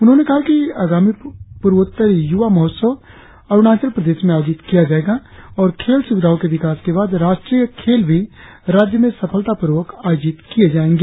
उन्होंने कहा कि आगामी पूर्वोत्तर युवा महोत्सव अरुणाचल प्रदेश में आयोजित किया जायेगा और खेल सुविधाओ के विकास के बाद राष्ट्रीय खेल भी राज्य में सफलता पूर्वक आयोजित किया जा सकेंगा